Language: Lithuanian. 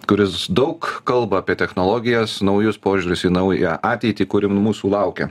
kuris daug kalba apie technologijas naujus požiūrius į naują ateitį kuri n mūsų laukia